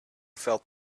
felt